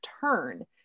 turn